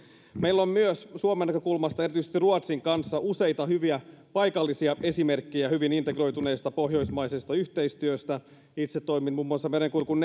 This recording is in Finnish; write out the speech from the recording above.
meillä myös on suomen näkökulmasta erityisesti ruotsin kanssa useita hyviä paikallisia esimerkkejä hyvin integroituneesta pohjoismaisesta yhteistyöstä itse toimin muun muassa merenkurkun